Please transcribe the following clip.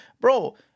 Bro